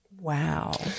Wow